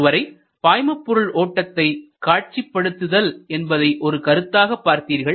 இதுவரை பாய்மபொருள் ஓட்டத்தை காட்சிப்படுத்துதல் என்பதை ஒரு கருத்தாக பார்த்தீர்கள்